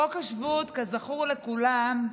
חוק השבות, כזכות לכולם,